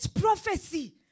prophecy